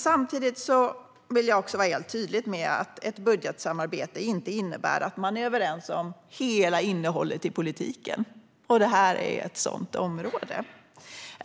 Samtidigt vill jag vara helt tydlig med att ett budgetsamarbete inte innebär att man är överens om hela innehållet i politiken, och det här är ett sådant område.